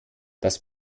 das